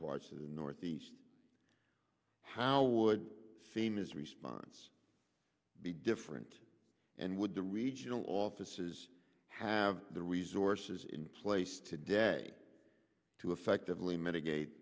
parts of the northeast how would same is response be different and would the regional offices have the resources in place today to effectively mitigate